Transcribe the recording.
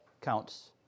Counts